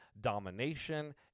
domination